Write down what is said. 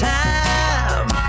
time